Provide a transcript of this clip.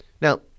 Now